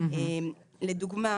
למשל,